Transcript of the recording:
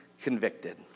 convicted